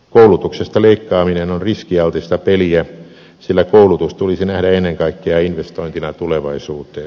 koulutuksesta leikkaaminen on riskialtista peliä sillä koulutus tulisi nähdä ennen kaikkea investointina tulevaisuuteen